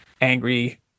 angry